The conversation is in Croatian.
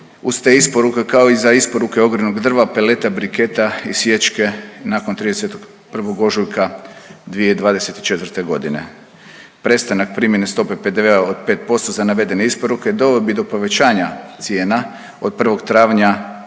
te isporuke, kao i za isporuke ogrjevnog drva, peleta, briketa i sječke nakon 31. ožujka 2024.g.. Prestanak primjene stope PDV od 5% za navedene isporuke doveo bi do povećanja cijena od 1. travnja